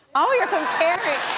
oh, you're comparing.